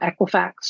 Equifax